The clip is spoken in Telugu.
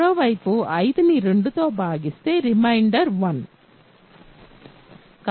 మరోవైపు 5ని 2తో భాగిస్తే రిమైండర్ 1